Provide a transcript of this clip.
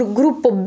gruppo